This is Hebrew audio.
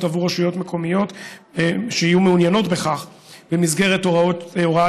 עבור רשויות מקומיות שיהיו מעוניינות בכך במסגרת הוראת